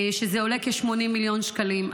וזה עולה כ-80 מיליון שקלים.